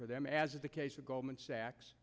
for them as is the case of goldman sachs